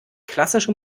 klassische